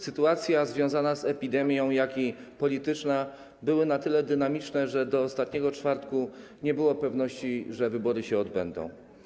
Sytuacja związana z epidemią, jak również polityczna były na tyle dynamiczne, że do ostatniego czwartku nie było pewności, że wybory się odbędą.